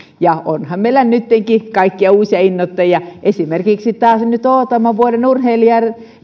ja onhan meillä nyttenkin kaikkia uusia innoittajia esimerkiksi nyt taas odotamme vuoden urheilijan